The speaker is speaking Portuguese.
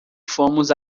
fomos